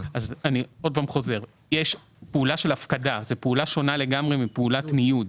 זוהי פעולה שונה לגמרי מפעולת ניוד.